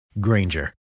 Granger